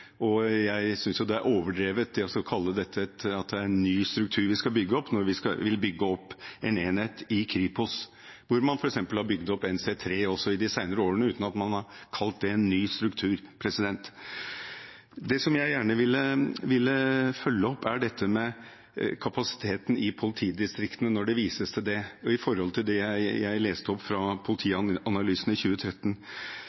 struktur. Jeg synes jo det er overdrevet å si at det er «en ny struktur» vi skal bygge opp når vi vil bygge opp en enhet i Kripos, hvor man f.eks. også har bygd opp Nasjonalt cyberkrimsenter, NC3, de senere årene uten at man har kalt det «en ny struktur». Det jeg gjerne ville følge opp, er dette med kapasiteten i politidistriktene, når det vises til det, i forhold til det jeg leste opp fra